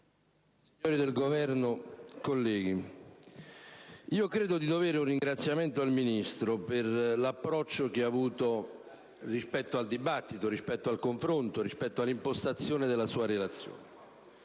signori del Governo, colleghi, credo di dovere un ringraziamento al Ministro per l'approccio che ha avuto rispetto al dibattito, al confronto e per l'impostazione della sua relazione.